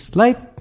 life